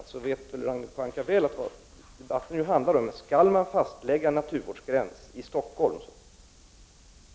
Ragnhild Pohanka vet väl att debatten handlar om huruvida vi skall fastlägga en naturvårdsgräns i Stockholm.